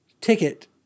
ticket